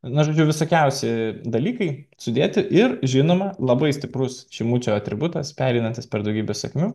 na žodžiu visokiausi dalykai sudėti ir žinoma labai stiprus šimučio atributas pereinantis per daugybę sėkmių